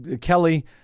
Kelly